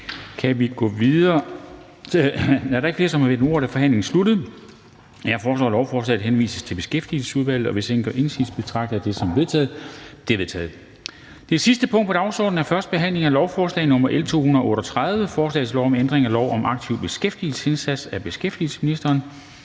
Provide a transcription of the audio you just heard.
kan vi gå videre. Og da der ikke er flere, som har bedt om ordet, er forhandlingen sluttet. Jeg foreslår, at lovforslaget henvises til Beskæftigelsesudvalget. Hvis ingen gør indsigelse, betragter jeg det som vedtaget. Det er vedtaget. --- Det sidste punkt på dagsordenen er: 5) 1. behandling af lovforslag nr. L 238: Forslag til lov om ændring af lov om en aktiv beskæftigelsesindsats. (Særlig